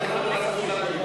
היושב-ראש.